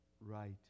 right